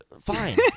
Fine